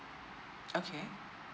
okay